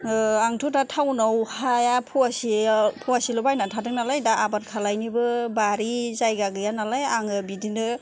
आंथ' दा टाउन आव हाया पवासेल' बायनानै थादों नालाय दा आबाद खालामनोबो बारि जायगा गैया नालाय आङो बिदिनो